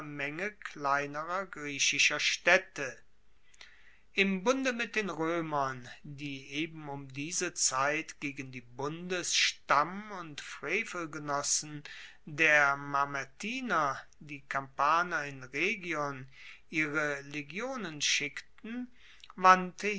menge kleinerer griechischer staedte im bunde mit den roemern die eben um diese zeit gegen die bundes stamm und frevelgenossen der mamertiner die kampaner in rhegion ihre legionen schickten wandte